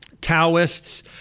Taoists